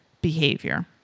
behavior